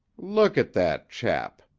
look at that chap!